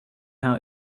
how